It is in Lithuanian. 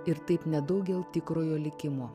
ir taip nedaugel tikrojo likimo